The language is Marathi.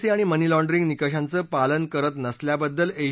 सी आणि मनीलाँडरिंग निकषांचं पालन करत नसल्याबद्दल एच